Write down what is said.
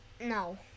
No